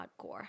hardcore